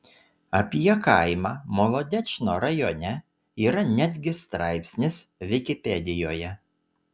apie kaimą molodečno rajone yra netgi straipsnis vikipedijoje